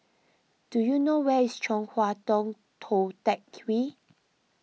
do you know where is Chong Hua Tong Tou Teck Hwee